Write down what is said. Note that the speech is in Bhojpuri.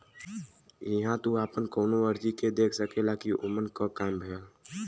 इहां तू आपन कउनो अर्जी के देख सकेला कि ओमन क काम भयल